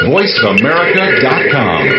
VoiceAmerica.com